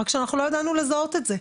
רק שאנחנו לא ידענו לזהות את זה,